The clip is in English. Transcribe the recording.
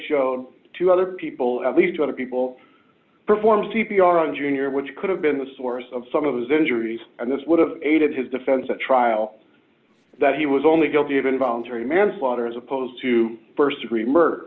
shown to other people at least two other people perform c p r on the junior which could have been the source of some of his injuries and this would have aided his defense at trial that he was only guilty of involuntary manslaughter as opposed to st degree murder